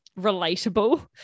relatable